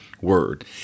word